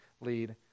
lead